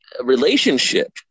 relationship